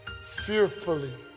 Fearfully